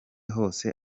hose